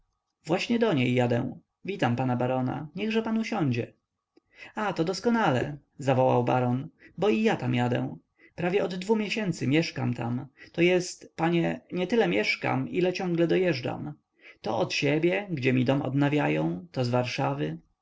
właśnie do niej jadę witam pana barona niechże pan siądzie a to doskonale zawołał baron bo i ja tam jadę prawie od dwu miesięcy mieszkam tam to jest panie nie tyle mieszkam ile ciągle dojeżdżam to od siebie gdzie mi dom odnawiają to z warszawy